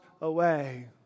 away